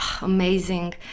amazing